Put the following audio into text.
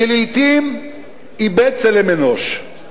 שלעתים איבד צלם אנוש,